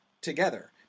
together